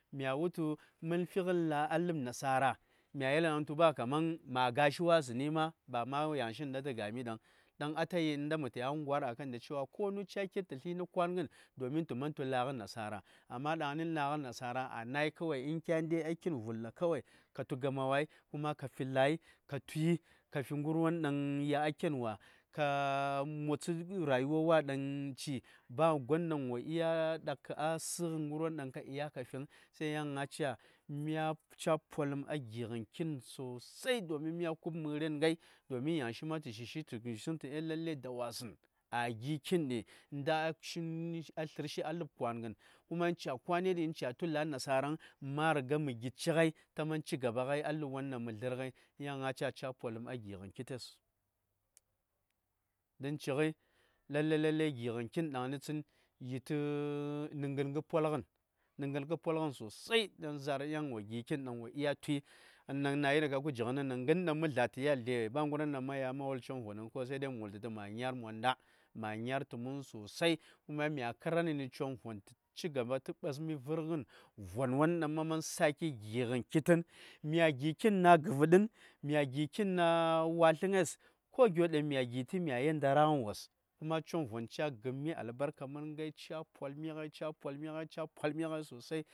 Mya wultu mən figən la: a ləb nasara ya yel dang tuba kaman ma gashi washi kar bama yanshi gən tə gami dang-dang atayi ngən mətaya ngwar a kan da cewa konu cil ki:r tə th nə kwaangən domin təman tu la:gh nasara amma dangəni la:ngə nasara a nayi kawai kya ndai kitn vulla kawai ka tu gama wai kuma ka fi lai ka ful ka fi ngərwon dang yi a ken wa ka motsə rayuwa dang ci ba gon dang wo dya dak kə a səngən a ngərwon dang kafi, so yan a ca, ca polum a gi ngən kin sosai domin mya ku:b məren ngan domin Yashi ma ta shishi tə isəng tu lallai dawasəng ləb a gi: kin ɗi ngən a tsərsh ləb kwangən, kuma ca kwani di ca tu la: nasarang ma riga mə gidshi ngai ta man cigaba ngai a ləbwon dang mədlər ngai yan a ca polum a gingən kites don cighəi lallai-lallai gingən kites nə ngən ngə polngən-nə ngən ngə polngən sosai dan zaar yan wo gi kin dang tun a iri kə jinəgnən dang ngənwon dang ma wul chong sai, mə wultə tu manyar monda-manyar tə mən sosai kuma mya kara ni congvon tə cigaba tə vərngənwom von gon tə cigaba tə vərngənwom von gon dang ma man sake gingən kitən, mya gi kin na: gərtə tə na wattles, ko gyo daŋ mya gi: ti mya yel ndaraghən wos kuma chongvon cha gəmmi dlbarka mən ghai ca polmi ghai-ca polmi ghai sosai,